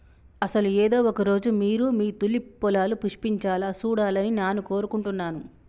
అసలు ఏదో ఒక రోజు మీరు మీ తూలిప్ పొలాలు పుష్పించాలా సూడాలని నాను కోరుకుంటున్నాను